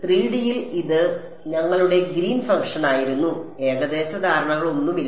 3D യിൽ ഇത് ഞങ്ങളുടെ ഗ്രീൻ ഫംഗ്ഷനായിരുന്നു ഏകദേശ ധാരണകളൊന്നുമില്ല